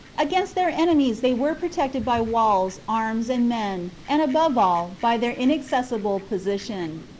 against their enemies they were protected by walls, arms, and men, and, above all, by their inaccessible position.